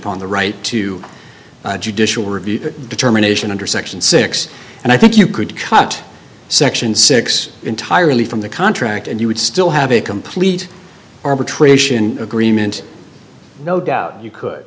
upon the right to judicial review determination under section six and i think you could cut section six entirely from the contract and you would still have a complete arbitration agreement no doubt you could